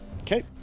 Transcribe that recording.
Okay